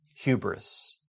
hubris